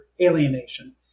alienation